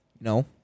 No